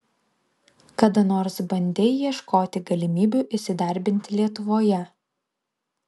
kada nors bandei ieškoti galimybių įsidarbinti lietuvoje